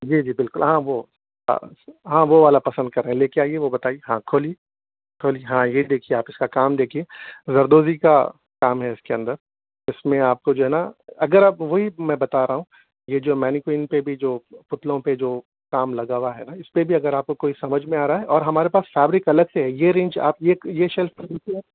جی جی بالکل ہاں وہ ہاں وہ والا پسند کر رہے ہیں لے کے آئیے وہ بتائیے کھولیے کھولیے ہاں یہ دیکھیے آپ اس کا کام دیکھئے زردوزی کا کام ہے اس کے اندر اس میں آپ کو جو ہے نہ اگر آپ وہی میں بتا رہا ہوں یہ جو مینی کوئن پہ جو پتلوں پہ جو کام لگا ہوا ہے نہ اس پہ بھی اگر آپ کوئی سمجھ میں آ رہا ہے اور ہمارے پاس فیبرک کلرس ہے یہ رینج آپ آپ یہ شیلف